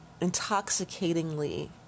intoxicatingly